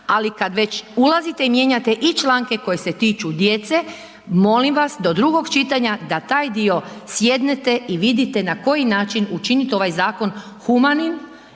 ali kad već ulazite, mijenjate i članke koje se tiču djece, molim vas, do drugog čitanja da taj dio sjednete i vidite na koji način učiniti ovaj zakon humanim,